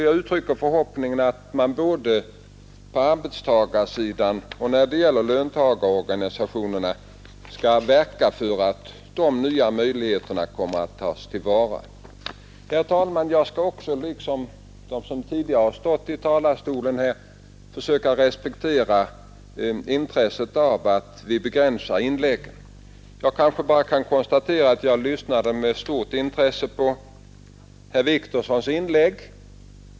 Jag uttrycker förhoppningen att man både på arbetstagarsidan och i löntagarnas organisationer skall verka för att ta till vara de nya möjligheter som där ges. Herr talman! Liksom de tidigare talare som stått i denna talarstol skall jag försöka respektera önskemålet att inläggen begränsas. Låt mig bara säga att jag med stort intresse lyssnade på herr Wictorssons inlägg.